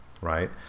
Right